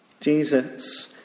Jesus